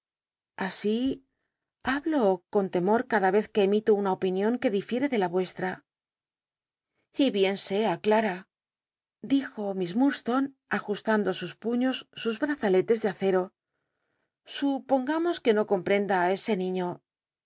aoí hablo con temor cada rez que emito una opinion que difiere de la ucstl'a y bien sea clara dijo miss murdstonc ajustando i sus puños sus brazaletes de acero supongamos que no com prenda á ese niño